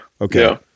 Okay